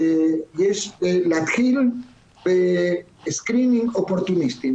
יש להתחיל בסקרינינג אופורטוניסטים.